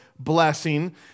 Blessing